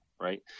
right